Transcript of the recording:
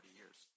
years